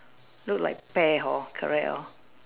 look like pear hor correct hor